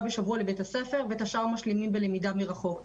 בשבוע לבית הספר ואת השאר משלימים בלמידה מרחוק.